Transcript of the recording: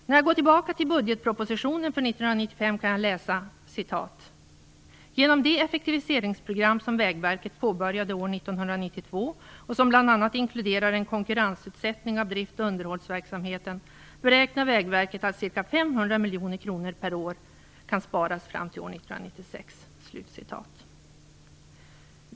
När jag går tillbaka till budgetpropositionen för 1995 kan jag läsa: "Genom det effektiviseringsprogram som Vägverket påbörjade år 1992 och som bl.a. inkluderar en konkurrensutsättning av drift och underhållsverksamheten, beräknar Vägverket att ca 500 miljoner kronor per år kan sparas fram till år 1996."